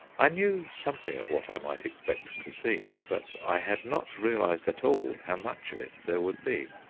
i knew something of what i might expect to see, but i had not realized at all how much of it there would be.